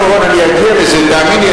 חבר הכנסת חיים אורון, אני אגיע לזה, תאמין לי.